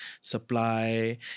supply